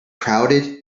crowded